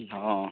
ᱦᱮᱸ